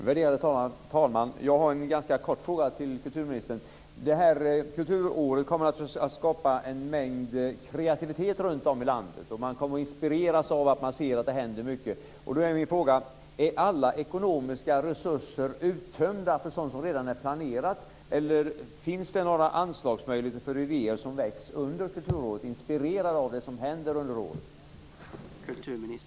Värderade talman! Kulturåret kommer naturligtvis att innebära en mängd kreativitet runt om i landet. Man kommer att inspireras av att se att det händer mycket. Min fråga är: Är alla ekonomiska resurser uttömda för sådant som redan är planerat, eller finns det anslagsmöjligheter när det gäller idéer som väcks under kulturåret, inspirerade av det som händer under året?